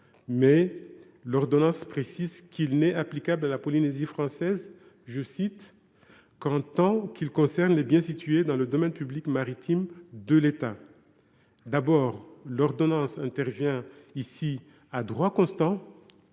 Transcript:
mais l’ordonnance précise qu’il n’est applicable à la Polynésie française qu’« en tant qu’il concerne les biens situés dans le domaine public maritime de l’État ».